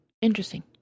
Interesting